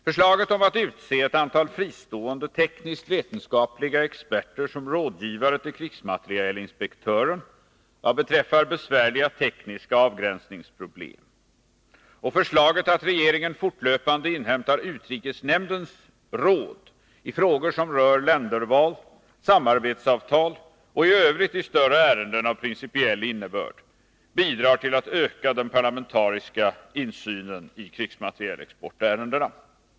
Förslaget om att utse ett antal fristående tekniskt-vetenskapliga experter som rådgivare till krigsmaterielinspektören vad beträffar besvärliga tekniska avgränsningsproblem och förslaget att regeringen fortlöpande inhämtar utrikesnämndens råd i frågor som rör länderval och samarbetsavtal samt i övrigt i större ärenden av principiell innebörd, bidrar till att öka den parlamentariska insynen i krigsmaterielexportärendena.